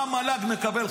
מה המל"ג מקבל,